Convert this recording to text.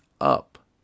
up